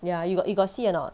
ya you got you got see or not